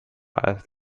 als